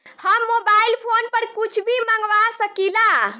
हम mobile phone पर कुछ भी मंगवा सकिला?